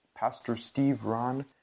pastorsteveron